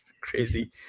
crazy